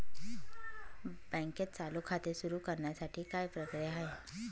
बँकेत चालू खाते सुरु करण्यासाठी काय प्रक्रिया आहे?